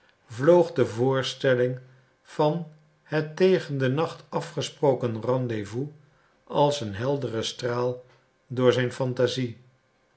vloog de voorstelling van het tegen den nacht afgesproken rendez-vous als een heldere straal door zijn phantasie